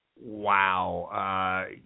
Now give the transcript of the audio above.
wow